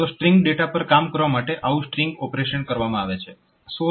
તો string data પર કામ કરવા માટે આવું સ્ટ્રીંગ ઓપરેશન કરવામાં આવે છે